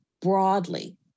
broadly